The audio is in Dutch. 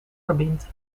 verbindt